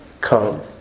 come